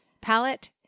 palette